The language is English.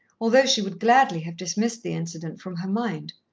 although she would gladly have dismissed the incident from her mind.